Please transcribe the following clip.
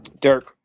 Dirk